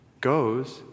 goes